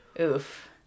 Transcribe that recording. Oof